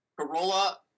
Corolla